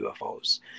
UFOs